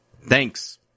thanks